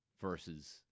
versus